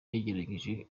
yagerageje